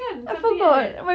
kan something like that